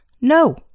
No